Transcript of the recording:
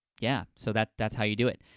yeah, so that's that's how you do it.